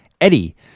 Eddie